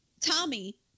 Tommy